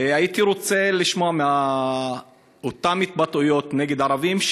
הייתי רוצה לשמוע לגבי אותן ההתבטאויות נגד ערבים,